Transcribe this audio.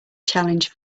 challenge